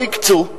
לא הקצו,